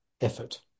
effort